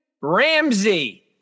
Ramsey